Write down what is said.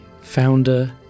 founder